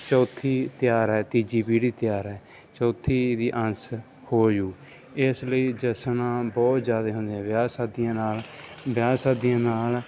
ਚੌਥੀ ਤਿਆਰ ਹੈ ਤੀਜੀ ਪੀੜ੍ਹੀ ਤਿਆਰ ਹੈ ਚੌਥੀ ਦੀ ਆਸ ਹੋ ਜੂ ਇਸ ਲਈ ਜਸ਼ਨ ਬਹੁਤ ਜ਼ਿਆਦਾ ਹੁੰਦੇ ਵਿਆਹ ਸ਼ਾਦੀਆਂ ਨਾਲ ਵਿਆਹ ਸ਼ਾਦੀਆਂ ਨਾਲ